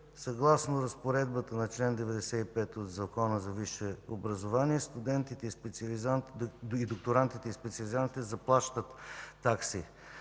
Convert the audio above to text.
Съгласно разпоредбата на чл. 95 от Закона за висшето образование студентите, докторантите и специализантите заплащат такси.